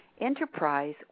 Enterprise